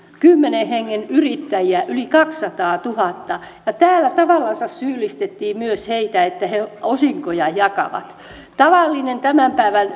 kymmenen hengen yrittäjiä yli kaksisataatuhatta ja täällä tavallansa syyllistettiin myös heitä että he osinkoja jakavat tavallisella tämän päivän